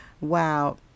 wow